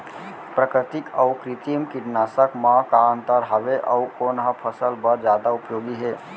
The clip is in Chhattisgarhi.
प्राकृतिक अऊ कृत्रिम कीटनाशक मा का अन्तर हावे अऊ कोन ह फसल बर जादा उपयोगी हे?